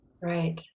right